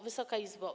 Wysoka Izbo!